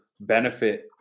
benefit